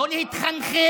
שקרן.